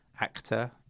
actor